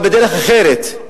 אבל בדרך אחרת,